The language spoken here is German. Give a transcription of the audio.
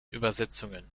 übersetzungen